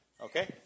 Okay